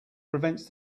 prevents